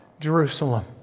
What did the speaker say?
Jerusalem